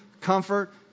comfort